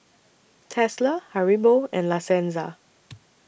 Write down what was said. Tesla Haribo and La Senza